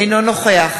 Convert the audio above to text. אינו נוכח